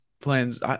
plans